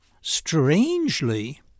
strangely